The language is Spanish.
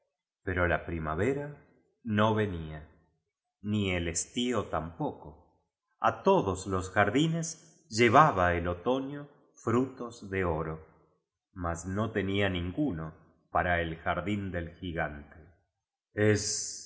pero la primavera no venía ni el estío tampoco a todos los jardines llevaba el otoño frutos de oro mas no tenía ninguno para el jardín del gigante es